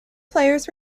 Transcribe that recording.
players